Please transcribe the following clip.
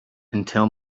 until